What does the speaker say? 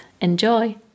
Enjoy